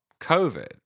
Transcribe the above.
COVID